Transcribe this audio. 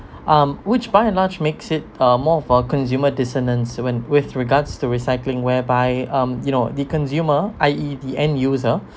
um which by and large makes it uh more for consumer dissonance when with regards to recycling whereby um you know the consumer I_E the end user